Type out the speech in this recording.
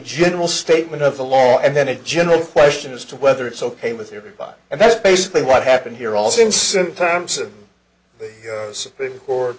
general statement of the law and then a general question as to whether it's ok with everybody and that's basically what happened here all seem sometimes of the